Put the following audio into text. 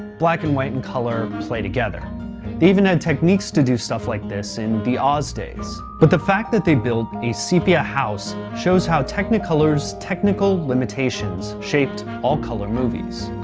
black and white and color play together. they even had techniques to do stuff like this in the oz days. but the fact that they built a sepia house shows how technicolor's technical limitations shaped all color movies.